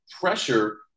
pressure